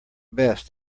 best